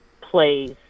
plays